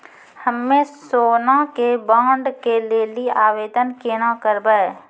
हम्मे सोना के बॉन्ड के लेली आवेदन केना करबै?